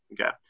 Okay